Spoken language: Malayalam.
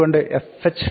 അതുകൊണ്ട് fh